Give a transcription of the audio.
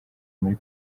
muri